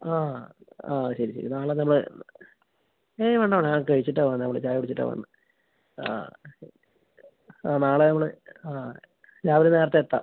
ആ ആ ആ ശരി ശരി നാളെ നമ്മൾ ഏയ് വേണ്ട വേണ്ട കഴിച്ചിട്ടാണ് വന്നത് നമ്മൾ ചായ കുടിച്ചിട്ടാണ് വന്നെ ആ ശരി ആ നാളെ നമ്മൾ ആ രാവിലെ നേരത്തെ എത്താം